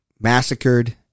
Massacred